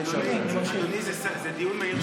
זה דיון מהיר,